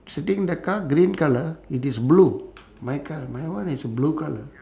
sitting in the car green colour it is blue my car my one is blue colour